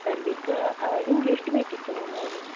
service ನಿಮಗೆ ಎಷ್ಟು ಬೇಕಿತ್ತು ಮ್ಯಾಮ್ ಹೇಳಿ